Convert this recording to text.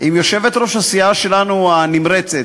עם יושבת-ראש הסיעה שלנו, הנמרצת,